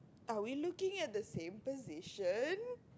are we looking at the same position